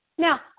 Now